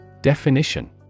Definition